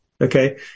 Okay